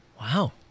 Wow